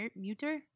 muter